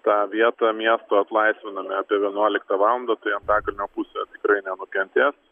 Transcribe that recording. tą vietą miesto atlaisviname apie vienuoliktą valandą tai antakalnio pusė tikrai nenukentės